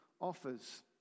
offers